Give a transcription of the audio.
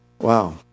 Wow